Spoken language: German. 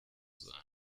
sein